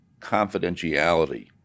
confidentiality